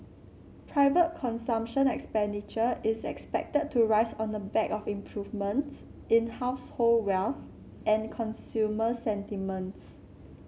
private consumption expenditure is expected to rise on the back of improvements in household wealth and consumer sentiments